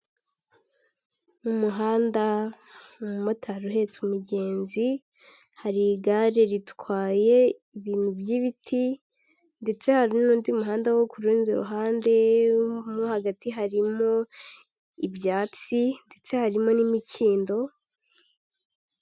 Mu muhanda umumotari uhetse umugezi, hari igare ritwaye ibintu by'ibiti ndetse hari n'undi muhanda wo kuru rundi ruhande, mo hagati harimo ibyatsi ndetse harimo n'imikindo.